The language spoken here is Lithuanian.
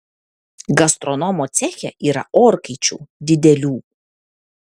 gastronomo ceche yra orkaičių didelių